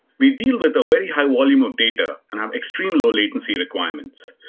we deal with a very high volume of data and have extreme low latency requirements.